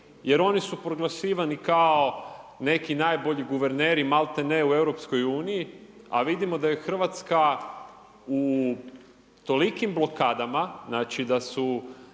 jer oni su proglašivani kao neki najbolji guverneri, malte ne u EU, a vidimo da je Hrvatska u tolikim blokadama znači da su,